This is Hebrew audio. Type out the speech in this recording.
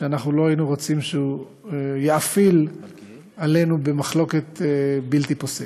שלא היינו רוצים שיאפיל עלינו במחלוקת בלתי פוסקת.